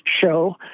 show